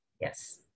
Yes